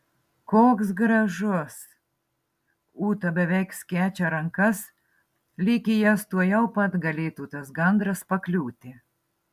koks gražus ūta beveik skečia rankas lyg į jas tuojau pat galėtų tas gandras pakliūti